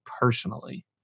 personally